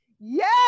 Yes